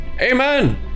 Amen